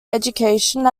education